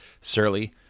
surly